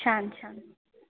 छान